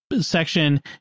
section